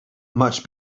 much